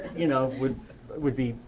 you know, would would be,